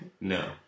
No